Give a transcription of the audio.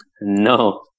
no